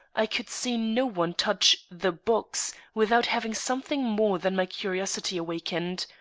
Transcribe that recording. i could see no one touch the box without having something more than my curiosity awakened.